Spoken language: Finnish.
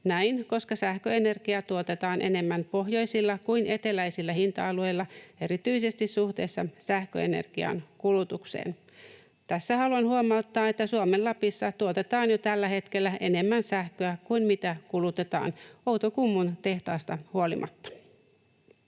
näin, koska sähköenergiaa tuotetaan enemmän pohjoisilla kuin eteläisillä hinta-alueilla erityisesti suhteessa sähköenergian kulutukseen. Tässä haluan huomauttaa, että Suomen Lapissa tuotetaan jo tällä hetkellä enemmän sähköä kuin mitä kulutetaan, Outokummun tehtaasta huolimatta.